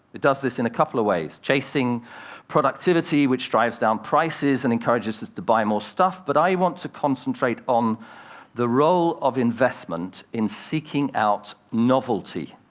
it does this in a couple of ways chasing productivity, which drives down prices and encourages us to buy more stuff. but i want to concentrate on the role of investment in seeking out novelty,